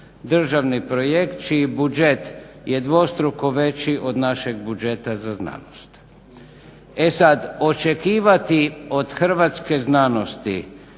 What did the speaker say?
državni projekt čiji budžet je dvostruko veći od našeg budžeta za znanost. E sad, očekivati od hrvatske znanosti